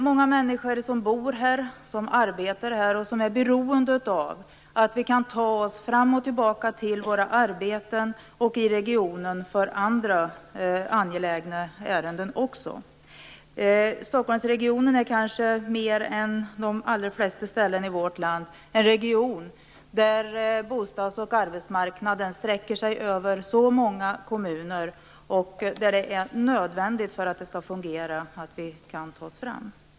Många människor som bor och arbetar här är beroende av att de kan ta sig fram och tillbaka till sina arbeten och också göra andra angelägna ärenden i regionen. I Stockholmsregionen sträcker sig bostads och arbetsmarknaden över många kommuner, fler än i de flesta andra regioner i vårt land. Det är nödvändigt att man kan ta sig fram för att det skall fungera.